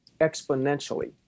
exponentially